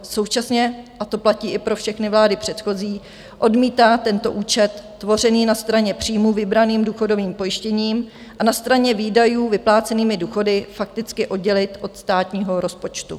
Současně a to platí i pro všechny vlády předchozí odmítá tento účet tvořený na straně příjmů vybraným důchodovým pojištěním a na straně výdajů vyplácenými důchody fakticky oddělit od státního rozpočtu.